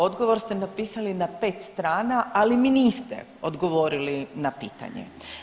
Odgovor ste napisali na pet strana, ali mi niste odgovorili na pitanje.